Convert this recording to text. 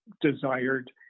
desired